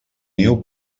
niu